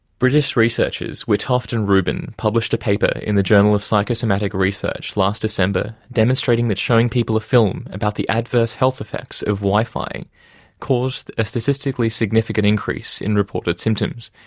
british researchers witthoft and rubin published a paper in the journal of psychomatic research last december, demonstrating that showing people a film about the adverse health effects of wifi caused a statistically significant increase in reported symptoms,